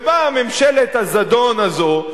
ובאה ממשלת הזדון הזאת,